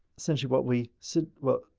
essentially what we said, well,